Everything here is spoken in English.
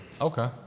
Okay